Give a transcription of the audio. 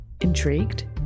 intrigued